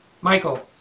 Michael